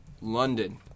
London